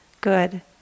good